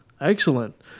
Excellent